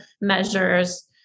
measures